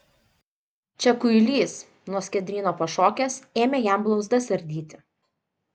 čia kuilys nuo skiedryno pašokęs ėmė jam blauzdas ardyti